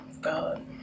God